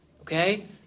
Okay